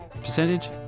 Percentage